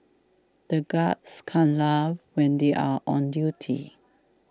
the guards can't laugh when they are on duty